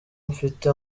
mfite